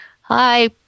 hi